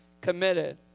committed